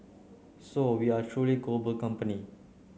so we are a truly global company